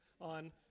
on